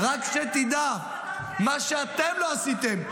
רק שתדע, מה שאתם לא עשיתם.